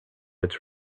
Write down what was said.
its